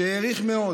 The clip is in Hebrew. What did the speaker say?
שהעריך מאוד,